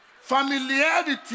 Familiarity